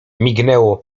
mignęło